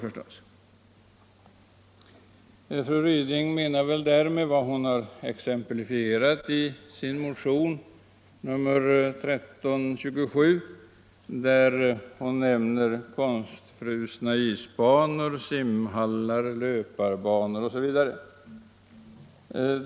Fru Ryding har i motionen 1327 exemplifierat vad hon menar —- hon nämner konstfrusna isbanor, simhallar, löparbanor osv.